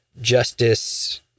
justice